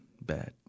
Bad